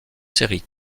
séries